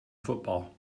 football